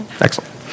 Excellent